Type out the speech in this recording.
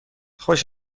خوش